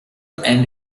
and